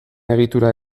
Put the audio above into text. egitura